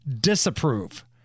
disapprove